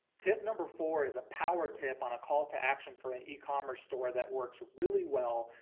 tip number four is a power tip on a call to action for an ecommerce store that works really well,